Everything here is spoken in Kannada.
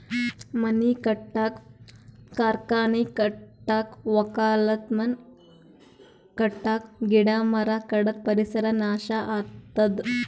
ಮನಿ ಕಟ್ಟಕ್ಕ್ ಕಾರ್ಖಾನಿ ಕಟ್ಟಕ್ಕ್ ವಕ್ಕಲತನ್ ಮಾಡಕ್ಕ್ ಗಿಡ ಮರ ಕಡದ್ರ್ ಪರಿಸರ್ ನಾಶ್ ಆತದ್